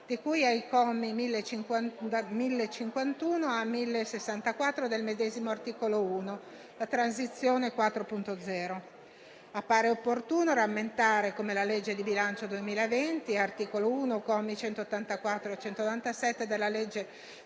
di cui ai commi da 1051 a 1064 del medesimo articolo 1 (Transizione 4.0). Appare opportuno rammentare come la legge di bilancio 2020, (articolo 1, commi 184-197, della legge